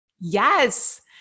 Yes